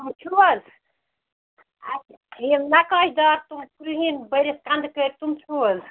یِم چھُو حظ اَچھا یِم نَقاش دار تِم کرٛہِنٛۍ بٔرِتھ کَنٛدٕ کٔرۍ تِم چھِو حظ